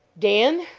dan,